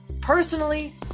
personally